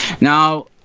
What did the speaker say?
Now